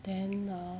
then err